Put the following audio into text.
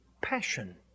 passion